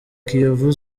kiyovu